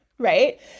right